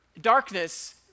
darkness